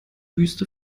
wüste